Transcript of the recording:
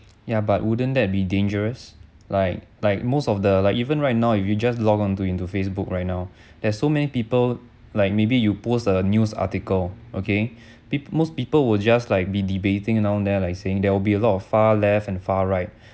ya but wouldn't that be dangerous like like most of the like even right now if you just log onto into facebook right now there's so many people like maybe you pose a news article okay peop~ most people will just like be debating you know there like saying there will be a lot of far left and far right